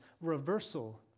reversal